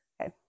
Okay